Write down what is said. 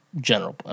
general